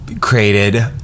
created